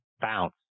bounce